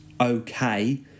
okay